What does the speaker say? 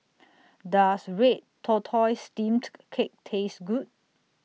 Does Red Tortoise Steamed Cake Taste Good